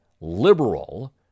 liberal